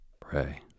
pray